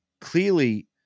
Clearly